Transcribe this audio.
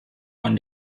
von